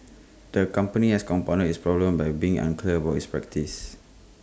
the company has compounded its problems by being unclear about its practices